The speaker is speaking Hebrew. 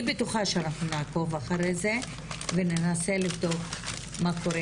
בטוחה שאנחנו נעקוב אחרי זה וננסה לבדוק מה קורה,